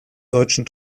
deutschen